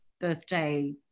birthday